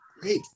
great